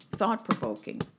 thought-provoking